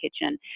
kitchen